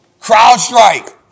CrowdStrike